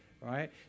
right